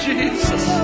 Jesus